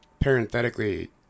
parenthetically